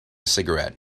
cigarette